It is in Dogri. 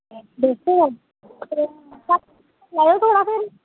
छे सौ दा थोह्ड़ा घट्ट करी लैएओ थोह्ड़ा फिर